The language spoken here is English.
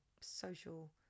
social